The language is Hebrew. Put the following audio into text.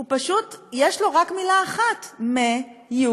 הוא פשוט, יש לו רק מילה אחת: מיותר.